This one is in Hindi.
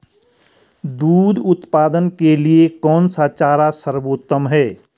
दूध उत्पादन के लिए कौन सा चारा सर्वोत्तम है?